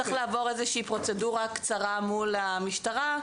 צריך לעבור איזושהי פרוצדורה קצרה מול המשטרה,